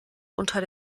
unter